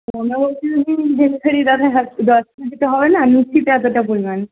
delivery দাদা দশ কে জিতে হবে না নিচ্ছি তো এতটা পরিমাণ